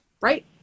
right